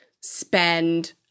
spend